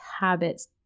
habits